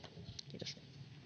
kiitos